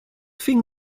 think